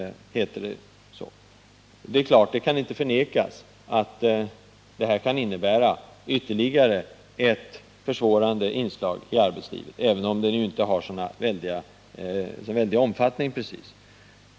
Det kan inte förnekas att detta är ytterligare ett försvårande inslag i arbetslivet, även om det inte har någon väldig omfattning.